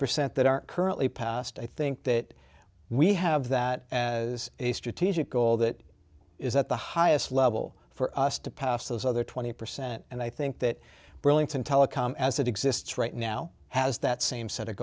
percent that are currently passed i think that we have that as a strategic goal that is at the highest level for us to pass those other twenty percent and i think that burlington telecom as it exists right now has that same set of